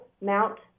mount